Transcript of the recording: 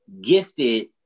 gifted